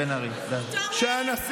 צודק, אני רוצה לעזור לו.